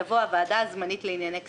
יבוא: - הוועדה הזמנית לענייני כספים".